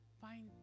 Find